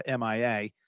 MIA